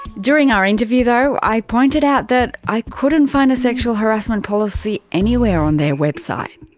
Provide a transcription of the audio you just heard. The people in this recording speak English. during our interview though, i pointed out that i couldn't find a sexual harassment policy anywhere on their website.